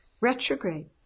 Retrograde